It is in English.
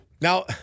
Now